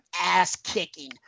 ass-kicking